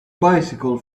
bycicle